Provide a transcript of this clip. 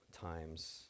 times